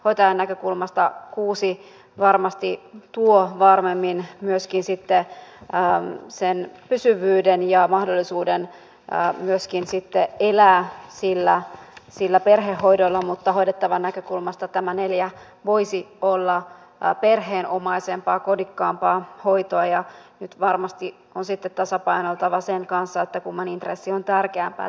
hoitajan näkökulmasta kuusi varmasti tuo varmemmin myöskin sitten sen pysyvyyden ja mahdollisuuden myöskin sitten elää sillä perhehoidolla mutta hoidettavan näkökulmasta tämä neljä voisi olla perheenomaisempaa kodikkaampaa hoitoa ja nyt varmasti on sitten tasapainoiltava sen kanssa kumman intressi on tärkeämpää